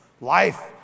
Life